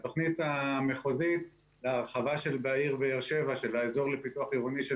התוכנית המחוזית להרחבה של האזור לפיתוח עירוני של